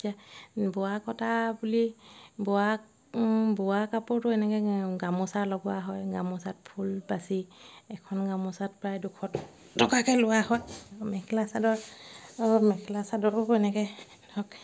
বোৱা কটা বুলি বোৱা ওম বোৱা কাপোৰটো এনেকৈ গামোচা লগোৱা হয় গামোচাত ফুল বাচি এখন গামোচাত প্ৰায় দুশ টকাকৈ লোৱা হয় মেখেলা চাদৰ আৰু মেখেলা চাদৰো এনেকৈ ধৰক